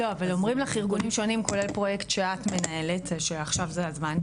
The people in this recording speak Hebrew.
לא אבל אומרים לך ארגונים שונים כולל פרויקט שאת מנהלת שעכשיו זה הזמן,